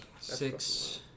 Six